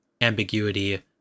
ambiguity